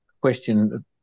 question